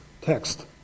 text